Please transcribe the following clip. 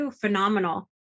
phenomenal